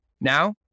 Now